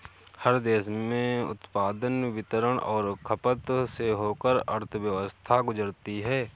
हर देश में उत्पादन वितरण और खपत से होकर अर्थव्यवस्था गुजरती है